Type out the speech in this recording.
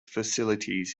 facilities